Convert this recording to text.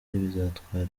bizatwara